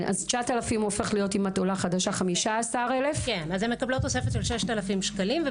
אם את עולה חדשה, 9,000 שקל הופכים ל-15,000 שקל?